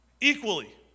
equally